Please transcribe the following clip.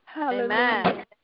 Amen